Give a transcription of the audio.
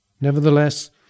Nevertheless